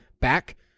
back